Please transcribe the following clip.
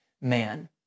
man